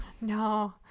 No